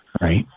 right